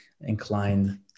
inclined